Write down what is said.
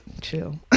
Chill